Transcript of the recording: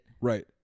right